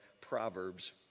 Proverbs